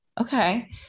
Okay